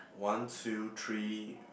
one two three